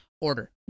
order